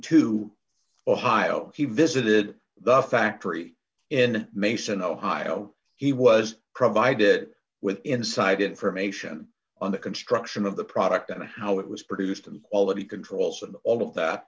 to ohio he visited the factory in mason ohio he was provided with inside information on the construction of the product and how it was produced and quality controls and all of that